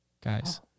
guys